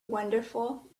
wonderful